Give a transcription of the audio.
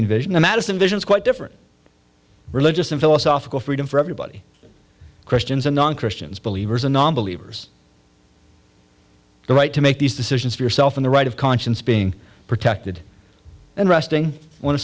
constantine vision the madison vision is quite different religious and philosophical freedom for everybody christians and non christians believers and nonbelievers the right to make these decisions for yourself and the right of conscience being protected and resting on a